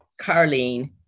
Carlene